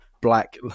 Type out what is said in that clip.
black